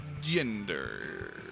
Gender